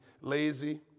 lazy